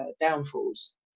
downfalls